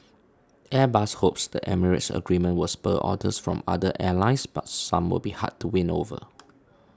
Airbus hopes the Emirates agreement will spur orders from other airlines but some will be hard to win over